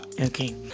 okay